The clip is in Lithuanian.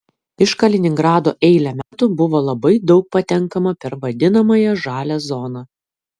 iš kaliningrado eilę metų buvo labai daug patenkama per vadinamąją žalią zoną